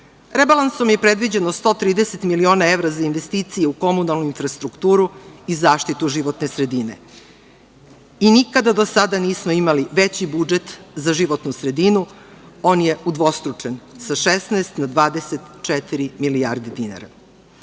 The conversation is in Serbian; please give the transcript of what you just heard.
Rebalansom je predviđeno 130 miliona evra za investicije u komunalnoj infrastrukturu i zaštitu životne sredine i nikada do sada nismo imali veći budžet za životnu sredinu, on je udvostručen sa 16 na 24 milijardi dinara.